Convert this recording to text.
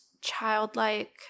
childlike